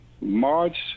March